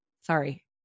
Sorry